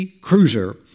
cruiser